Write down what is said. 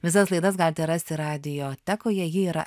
visas laidas galite rasti radiotekoje ji yra